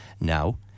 now